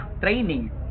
training